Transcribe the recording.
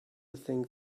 think